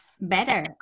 better